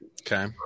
Okay